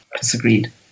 disagreed